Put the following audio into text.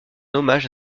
hommage